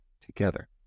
together